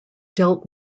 dealt